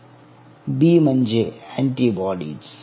'बी' म्हणजे अँटीबॉडीज